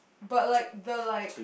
but like the like